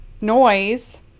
noise